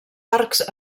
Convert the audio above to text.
arcs